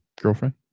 girlfriend